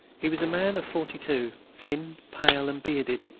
he was a man of forty-two, thin, pale, and bearded.